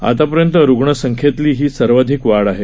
आतापर्यंत रुग्ण संख्येतली ही सर्वाधिक वाढ आहे